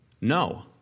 No